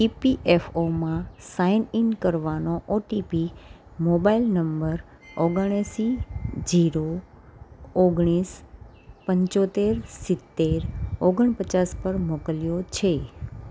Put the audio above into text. ઇપીએફઓમાં sign in કરવાનો OTP mobile number ઓગણ એંસી ઝીરો ઓગણીસ પંચોતેર સિત્તેર ઓગણ પચાસ પર મોકલ્યો છે